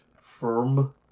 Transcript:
Firm